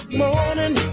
morning